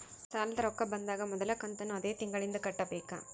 ಸಾಲದ ರೊಕ್ಕ ಬಂದಾಗ ಮೊದಲ ಕಂತನ್ನು ಅದೇ ತಿಂಗಳಿಂದ ಕಟ್ಟಬೇಕಾ?